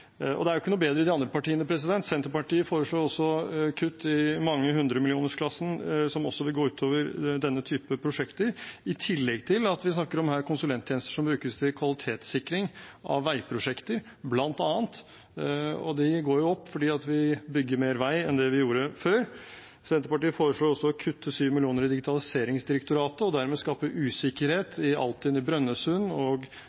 Det er ikke noe bedre i de andre partiene. Senterpartiet foreslår også kutt i mange hundre millionersklassen, noe som også vil gå ut over denne typen prosjekter. I tillegg snakker vi her om konsulenttjenester som brukes til kvalitetssikring av bl.a. veiprosjekter. De går opp fordi vi bygger mer vei enn før. Senterpartiet foreslår også å kutte 7 mill. kr i Digitaliseringsdirektoratet og vil dermed skape usikkerhet i Altinn i Brønnøysund og